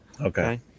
Okay